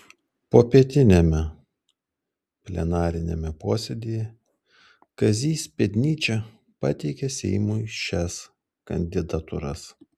popietiniame plenariniame posėdyje kazys pėdnyčia pateikė seimui šias kandidatūras